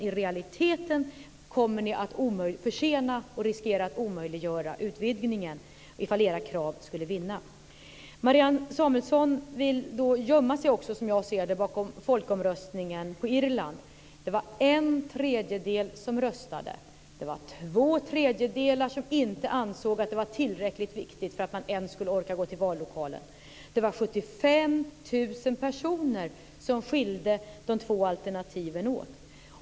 I realiteten kommer ni att försena och riskera att omöjliggöra utvidgningen ifall era krav skulle vinna. Marianne Samuelsson vill också, som jag ser det, gömma sig bakom folkomröstningen på Irland. Det var en tredjedel som röstade, och två tredjedelar ansåg inte att det var tillräckligt viktigt för att man ens skulle orka gå till vallokalen. Det var 75 000 röster som skilde de två alternativen åt.